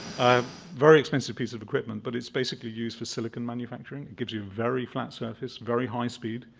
um very expensive piece of equipment, but it's basically used for silicon manufacturing. it gives you a very flat surface, very high speed,